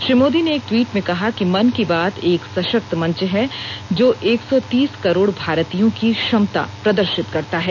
श्री मोदी ने एक टवीट में कहा कि मन की बात एक सशक्त मंच है जो एक सौ तीस करोड़ भारतीयों की क्षमता प्रदर्शित करता है